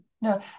No